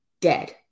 dead